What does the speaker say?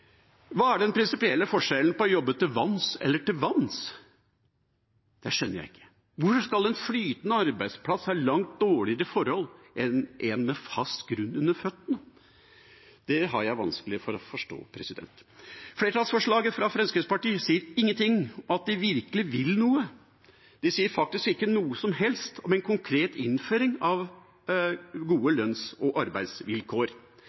Hva er den prinsipielle forskjellen på å jobbe til lands og til vanns? Det skjønner jeg ikke. Hvorfor skal en flytende arbeidsplass ha langt dårligere forhold enn en med fast grunn under føttene? Det har jeg vanskelig for å forstå. Flertallsforslaget fra bl.a. Fremskrittspartiet sier ingenting om at de virkelig vil noe. De sier faktisk ikke noe som helst om en konkret innføring av